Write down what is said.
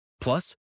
Plus